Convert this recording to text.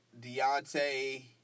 Deontay